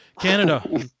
Canada